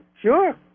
Sure